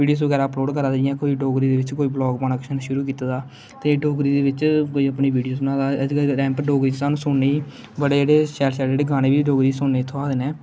videos बगैरा upload करा दे इयां कोई डोगरी च कोई बलाॅग पाना शुरु कीते दा ते डोगरी च अपनी बीडियोस बना दा मिलदा डोगरी च स्हानू सुनने गी बडे़ जेहडे़ शैल शैल गाने बी जेहडे़ डोगरी सुनने च थ्होआ दे न